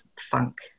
funk